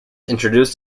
introduced